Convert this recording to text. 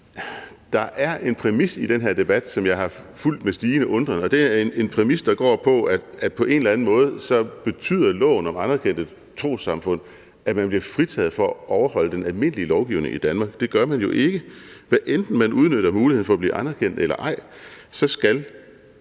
der er en præmis i den her debat, som jeg har fulgt med stigende undren, og det er en præmis, der går på, at loven om anerkendte trossamfund på en eller anden måde skulle betyde, at man bliver fritaget for at overholde den almindelige lovgivning i Danmark. Det gør man jo ikke. Hvad enten trossamfundene udnytter muligheden for at blive anerkendt eller ej, skal